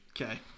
Okay